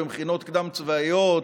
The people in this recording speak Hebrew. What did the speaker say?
חוסכים באנרגיה.